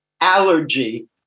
allergy